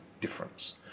difference